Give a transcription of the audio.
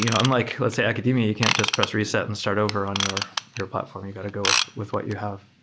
you know unlike, let's say academia, you can't just press reset and start over on your your platform. you got to go with with what you have.